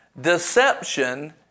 Deception